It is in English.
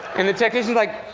and the technician's like,